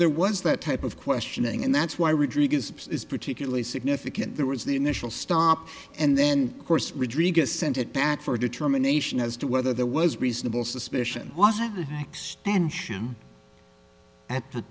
there was that type of questioning and that's why rodrigo is particularly significant there was the initial stop and then of course read rega sent it back for a determination as to whether there was reasonable suspicion was a